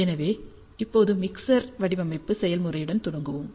எனவே இப்போது மிக்சர் வடிவமைப்பு செயல்முறையுடன் தொடங்குவோம்